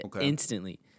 instantly